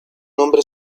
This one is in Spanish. hombre